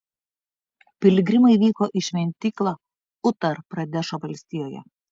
piligrimai vyko į šventyklą utar pradešo valstijoje